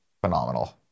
Phenomenal